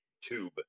tube